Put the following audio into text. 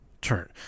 turn